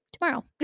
tomorrow